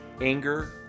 Anger